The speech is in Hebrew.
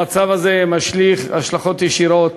המצב הזה משליך השלכות ישירות